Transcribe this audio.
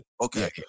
okay